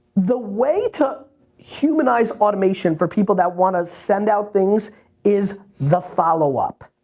the way to humanize automation for people that want to send out things is the follow-up.